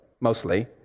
mostly